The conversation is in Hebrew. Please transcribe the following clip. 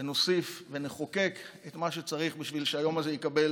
ונוסיף ונחוקק את מה שצריך בשביל שהיום הזה יקבל